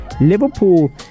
Liverpool